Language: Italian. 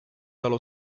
dallo